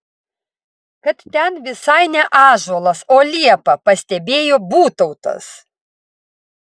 kad ten visai ne ąžuolas o liepa pastebėjo būtautas